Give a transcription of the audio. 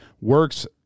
works